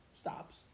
stops